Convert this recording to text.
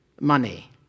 money